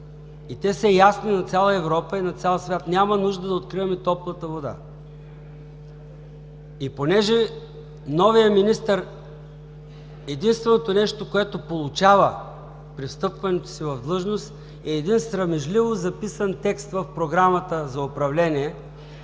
и те са ясни на цяла Европа и на цял свят. Няма нужда да откриваме топлата вода. Единственото нещо, което получава новият министър при встъпването си в длъжност, е един срамежливо записан текст в програмата за управление